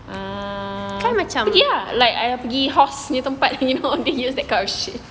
uh pergi ah like pergi horse punya tempat you know on the hills that kind of shit